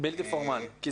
לא